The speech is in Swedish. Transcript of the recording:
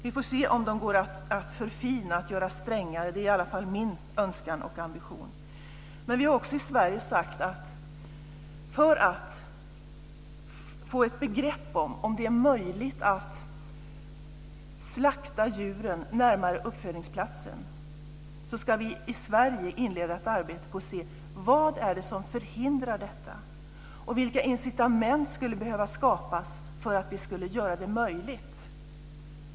Vi får se om de går att förfina och göra strängare. Det är i alla fall min önskan och ambition. Men vi i Sverige har också sagt att för att få ett begrepp om huruvida det är möjligt att slakta djuren närmare uppfödningsplatsen, ska vi i Sverige inleda ett arbete för att se vad det är som förhindrar detta. Vilka incitament skulle behöva skapas för att vi ska kunna göra det möjligt?